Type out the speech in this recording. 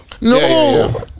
No